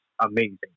amazing